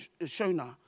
Shona